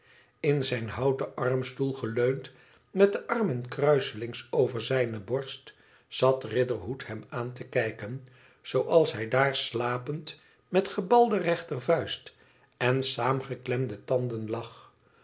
in zijn houten armstoel geleund met de armen kruiselings over zijne borst zat riderhood hem aan te kijken zooals hij daar slapend met gebalde rechtervuist en saamgeklemde tanden lag